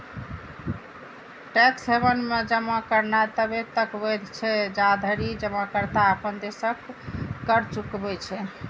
tax haven मे जमा करनाय तबे तक वैध छै, जाधरि जमाकर्ता अपन देशक कर चुकबै छै